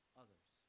others